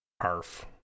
Arf